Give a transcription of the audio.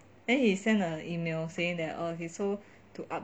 and he sent an email saying he supposed to